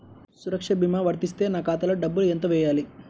సురక్ష భీమా వర్తిస్తే నా ఖాతాలో డబ్బులు ఎంత వేయాలి?